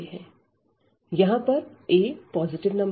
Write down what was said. यहां a positive number है